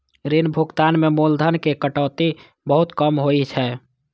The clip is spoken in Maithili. ऋण भुगतान मे मूलधन के कटौती बहुत कम होइ छै